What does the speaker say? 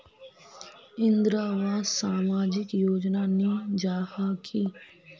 इंदरावास सामाजिक योजना नी जाहा की?